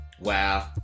Wow